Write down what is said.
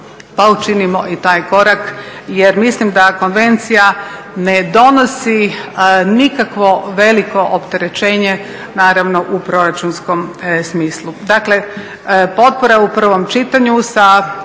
Pa učinimo i taj korak. Jer mislim da konvencija ne donosi nikakvo veliko opterećenje naravno u proračunskom smislu. Dakle, potpora u prvom čitanju sa